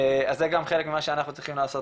אז זה גם חלק ממה שאנחנו צריכים לעשות